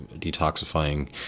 detoxifying